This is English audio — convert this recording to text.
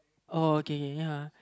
uh okay okay ya ya